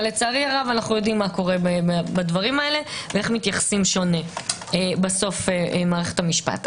אבל לצערי הרב אנו יודעים איך מתייחסים שונה בסוף במערכת המשפט.